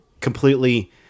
completely